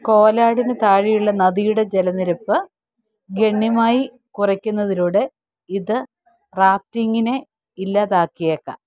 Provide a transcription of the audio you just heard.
കോലാഡിനു താഴെയുള്ള നദിയുടെ ജലനിരപ്പ് ഗണ്യമായി കുറയ്ക്കുന്നതിലൂടെ ഇത് റാഫ്റ്റിംഗിനെ ഇല്ലാതാക്കിയേക്കാം